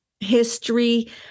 history